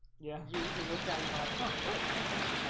yeah, you you looked at it. you're like huh okay?